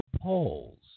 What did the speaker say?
Polls